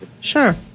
Sure